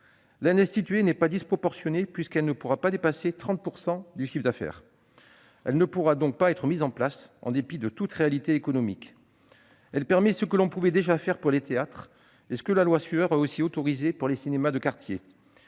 L'aide instituée n'est pas disproportionnée puisqu'elle ne pourra pas dépasser 30 % du chiffre d'affaires. Elle ne pourra donc pas être mise en place en dépit de toute réalité économique. Elle permet ce que l'on pouvait déjà faire pour les théâtres, et ce que la loi Sueur a aussi autorisé pour les cinémas de quartier.